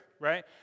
right